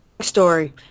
story